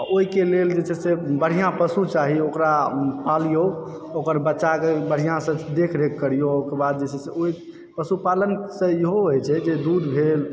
आ ओहिके लेल जे छै से बढिऑं पशु चाही ओकरा पालियौ ओकर बच्चाके बढ़िऑं सऽ देखरेख करियौ ओहिके बाद जे छै से ओकर पशु पालन सऽ इहो होइ छै जे दूध भेल